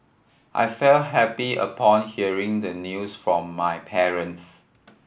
I felt happy upon hearing the news from my parents